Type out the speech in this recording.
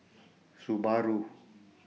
Subaru